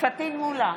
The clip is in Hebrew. פטין מולא,